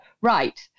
Right